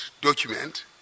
document